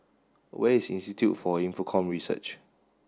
where is Institute for Infocomm Research